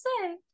say